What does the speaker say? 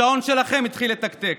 השעון שלכם התחיל לתקתק.